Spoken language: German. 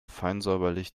feinsäuberlich